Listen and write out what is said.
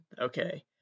Okay